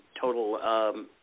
total